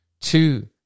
Two